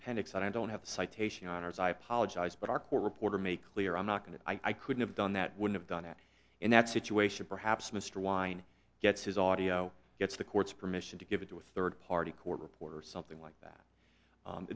appendix i don't have a citation on ars i apologize but our court reporter make clear i'm not going to i couldn't have done that would have done it in that situation perhaps mr wine gets his audio gets the court's permission to give it to a third party court reporter or something like that